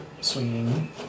swinging